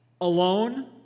alone